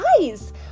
eyes